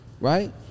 right